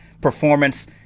performance